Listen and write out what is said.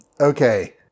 Okay